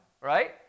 right